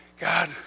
God